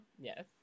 Yes